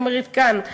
אני אומרת כאן,